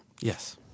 Yes